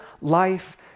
life